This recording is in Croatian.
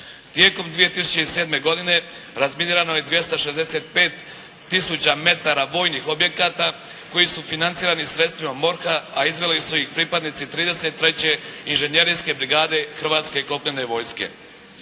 Tijekom 2007. godine razminirano je 265 tisuća metara vojnih objekata koji su financirani sredstvima MORH-a a izveli su ih pripadnici 33. inžinjerinske brigade Hrvatske kopnene vojske.